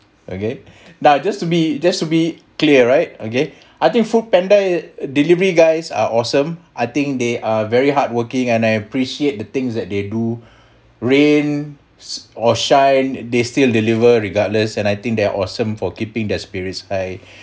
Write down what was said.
okay now just to be just to be clear right okay I think foodpanda delivery guys are awesome I think they are very hardworking and I appreciate the things that they do rain or shine they still deliver regardless and I think they're awesome for keeping their spirits I